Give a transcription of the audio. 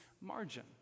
margin